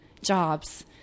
jobs